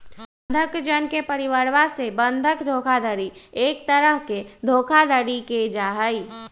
बंधक जन के परिवरवा से बंधक धोखाधडी एक तरह के धोखाधडी के जाहई